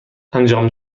انجام